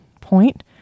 point